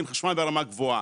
עם חשמל ברמה גבוהה.